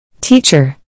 Teacher